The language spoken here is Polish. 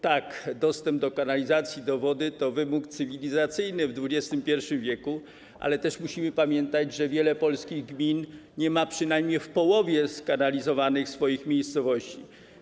Tak, dostęp do kanalizacji, do wody to wymóg cywilizacyjny w XXI w., ale też musimy pamiętać, że wiele polskich gmin nie ma przynajmniej w połowie skanalizowanych swoich miejscowości.